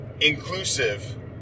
inclusive